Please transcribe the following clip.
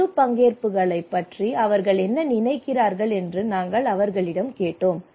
பொது பங்கேற்புகளைப் பற்றி அவர்கள் என்ன நினைக்கிறார்கள் என்று நாங்கள் அவர்களிடம் கேட்டோம்